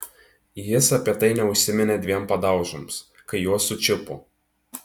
jis apie tai neužsiminė dviem padaužoms kai juos sučiupo